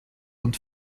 und